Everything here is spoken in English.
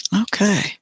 Okay